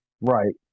Right